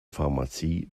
pharmazie